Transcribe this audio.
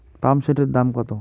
পাম্পসেটের দাম কত?